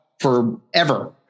forever